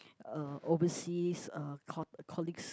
uh overseas uh co~ colleagues